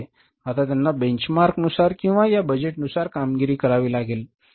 आता त्यांना या बेंचमार्कनुसार किंवा या बजेटनुसार कामगिरी करावी लागेल